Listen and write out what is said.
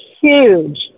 huge